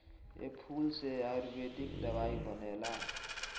ए फूल से आयुर्वेदिक दवाई बनेला